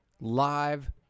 live